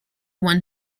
when